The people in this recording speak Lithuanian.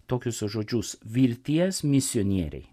tokius žodžius vilties misionieriai